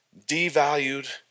devalued